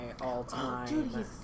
all-time